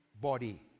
body